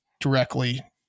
directly